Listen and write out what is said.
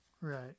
Right